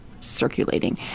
circulating